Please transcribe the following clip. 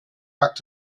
back